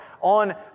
on